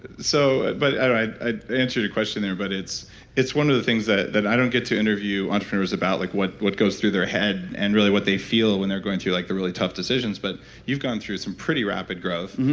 so but i i answered your question there but it's it's one of the things that that i don't get to interview entrepreneurs about, like what what goes through their head and really what they feel when they're going through like the really tough decisions but you've gone through some pretty rapid growth,